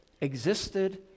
existed